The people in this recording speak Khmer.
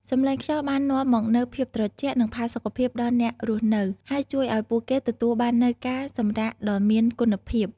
សំឡេងខ្យល់បាននាំមកនូវភាពត្រជាក់ និងផាសុកភាពដល់អ្នករស់នៅ ហើយជួយឱ្យពួកគេទទួលបាននូវការសម្រាកដ៏មានគុណភាព។